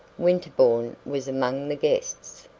winterbourne was among the guests.